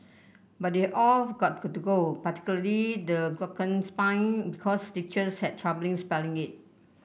but they're all got go particularly the glockenspiel because teachers had troubling spelling it